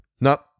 Not